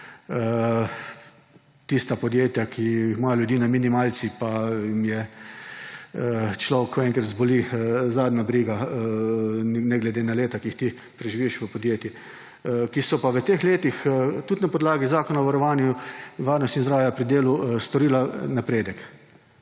tista podjetja, ki imajo ljudi na minimalcih pa jim je človek, ko enkrat zboli, zadnja briga ne glede na leta, ki jih ti preživiš v podjetju – ki so pa v teh letih tudi na podlagi Zakona o varnosti in zdravju pri delu storila napredek.